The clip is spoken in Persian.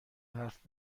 حرف